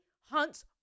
hunts